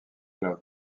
love